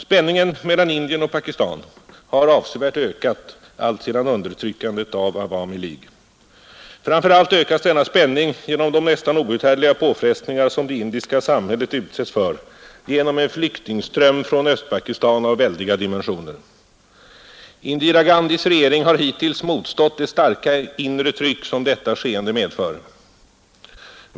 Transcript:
Spänningen mellan Indien och Pakistan har avsevärt ökat alltsedan undertryckandet av Awami League. Framför allt ökas denna spänning genom de nästan outhärdliga påfrestningar som det indiska samhället utsättes för genom en flyktingström från Östpakistan av väldiga dimensioner. Indira Gandhis regering har hittills motstått det starka inre tryck som detta skeende medför.